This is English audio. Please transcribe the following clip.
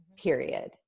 Period